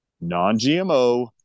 non-GMO